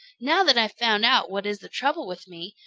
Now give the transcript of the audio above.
now that i've found out what is the trouble with me,